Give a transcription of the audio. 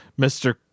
Mr